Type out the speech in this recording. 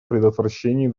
предотвращении